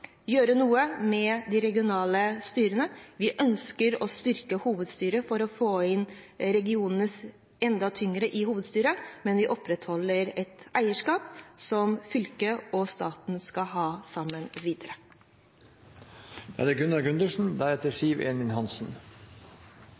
gjøre noe med de regionale styrene. Vi ønsker å styrke hovedstyret for å få regionene enda tyngre inn i hovedstyret, men vi opprettholder et eierskap som fylkene og staten skal ha sammen videre.